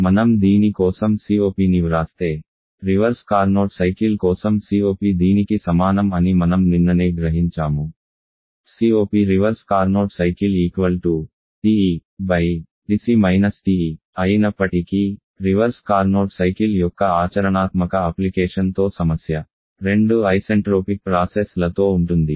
మనం దీని కోసం COPని వ్రాస్తే రివర్స్ కార్నోట్ సైకిల్ కోసం COP దీనికి సమానం అని మనం నిన్ననే గ్రహించాము coprev carnot cycle TETC TE అయినప్పటికీ రివర్స్ కార్నోట్ సైకిల్ యొక్క ఆచరణాత్మక అప్లికేషన్తో సమస్య రెండు ఐసెంట్రోపిక్ ప్రాసెస్ లతో ఉంటుంది